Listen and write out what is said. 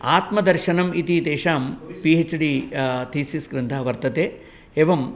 आत्मदर्शनम् इति तेषां PhD thesis ग्रन्थः वर्तते एवम्